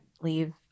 leave